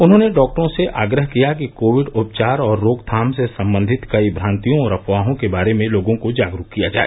उन्होंने डॉक्टरों से आग्रह किया कि कोविड उपचार और रोकथाम से संबंधित कई भ्रांतियों और अफवाहों के बारे में लोगों को जागरूक किया जाए